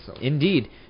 indeed